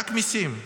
רק מיסים.